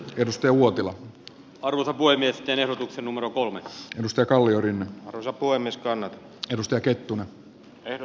edes neuvotella arlta voi myös erotuksen numero kolme mustakalliorinne osapuolen niskanen turusta kettunen eero